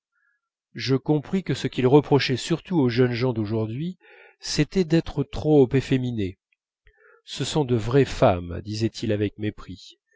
je compris que ce qu'il reprochait surtout aux jeunes gens d'aujourd'hui c'était d'être trop efféminés ce sont de vraies femmes disait-il avec mépris